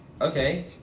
Okay